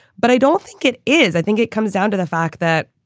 but i don't think it is. i think it comes down to the fact that.